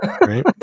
right